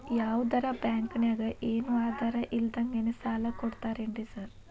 ಯಾವದರಾ ಬ್ಯಾಂಕ್ ನಾಗ ಏನು ಆಧಾರ್ ಇಲ್ದಂಗನೆ ಸಾಲ ಕೊಡ್ತಾರೆನ್ರಿ ಸಾರ್?